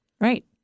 Right